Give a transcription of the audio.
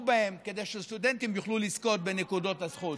בהן וכדי שסטודנטים יוכלו לזכות בנקודות הזכות.